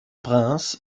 prince